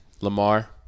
Lamar